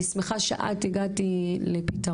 אני שמחה שאת הגעת לפתרון,